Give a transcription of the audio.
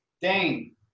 Dane